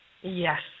Yes